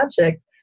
project